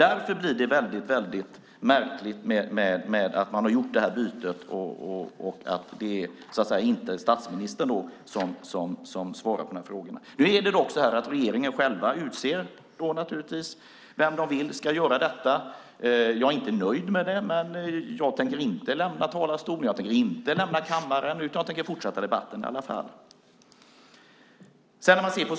Därför är det väldigt märkligt att man har gjort det här bytet och att det inte är statsministern som svarar på frågorna. Regeringen utser själv vem som ska göra detta. Jag är inte nöjd med det, men jag tänker inte lämna talarstolen. Jag tänker inte lämna kammaren. Jag tänker fortsätta debatten i alla fall.